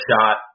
shot